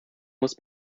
musst